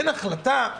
אין החלטה?